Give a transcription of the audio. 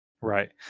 Right